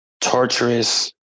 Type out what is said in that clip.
torturous